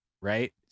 right